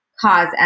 cause